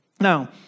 Now